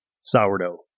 Sourdough